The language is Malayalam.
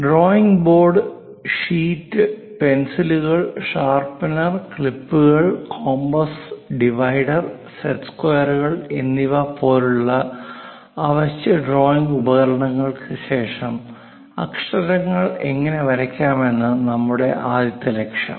ഡ്രോയിംഗ് ബോർഡ് ഷീറ്റ് പെൻസിലുകൾ ഷാർപ്നർ ക്ലിപ്പുകൾ കോമ്പസ് ഡിവൈഡർ സെറ്റ് സ്ക്വയറുകൾ എന്നിവ പോലുള്ള അവശ്യ ഡ്രോയിംഗ് ഉപകരണങ്ങൾക്ക് ശേഷം അക്ഷരങ്ങൾ എങ്ങനെ വരയ്ക്കാമെന്നതാണ് നമ്മുടെ ആദ്യത്തെ ലക്ഷ്യം